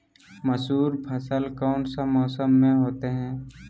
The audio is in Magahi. मसूर फसल कौन सा मौसम में होते हैं?